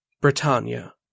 Britannia